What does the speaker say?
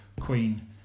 Queen